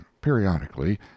periodically